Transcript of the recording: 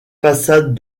façades